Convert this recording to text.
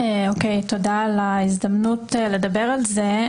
תודה על ההזדמנות לדבר על כך.